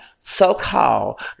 so-called